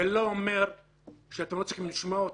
זה לא אומר שאתם לא צריכים לשמוע אותם,